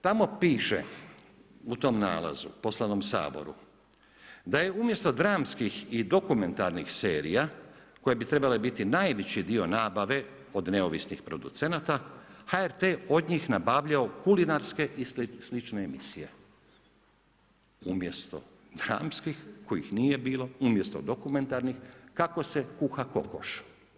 Tamo piše u tom nalazu poslanom Saboru, da je umjesto dramskih i dokumentarnih serija koje bi trebale biti najveći dio nabave od neovisnih producenata HRT od njih nabavljao kulinarske i slične emisije umjesto dramskih kojih nije bilo, umjesto dokumentarnih kako se kuha kokoš.